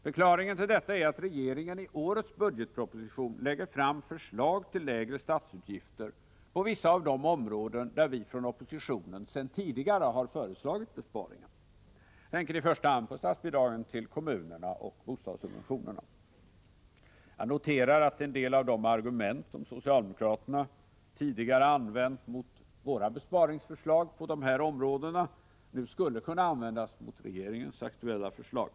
Förklaringen till detta är att regeringen i årets budgetproposition lägger fram förslag till lägre statsutgifter på vissa av de områden där vi från oppositionen sedan tidigare har föreslagit besparingar. Jag tänker i första hand på statsbidragen till kommunerna och bostadssubventionerna. Jag noterar att en del av de argument som socialdemokraterna tidigare använt mot våra besparingsförslag på dessa områden nu skulle kunna användas mot regeringens aktuella förslag.